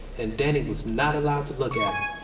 and danny was not allowed to look at em.